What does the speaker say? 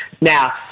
now